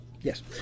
Yes